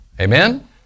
Amen